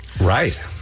Right